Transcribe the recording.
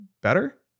better